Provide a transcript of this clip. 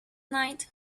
night